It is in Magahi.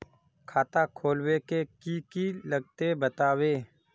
खाता खोलवे के की की लगते बतावे?